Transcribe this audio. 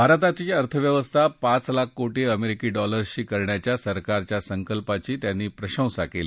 भारताची अर्थव्यवस्था पाच लाख कोटी अमेरिकी डॉलर्सची करण्याच्या सरकारच्या संकल्पाची त्यांनी प्रशंसा केली